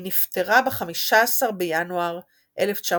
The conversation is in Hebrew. היא נפטרה ב-15 בינואר 1970